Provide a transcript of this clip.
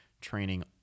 training